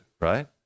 right